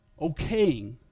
okaying